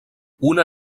una